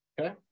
Okay